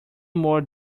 more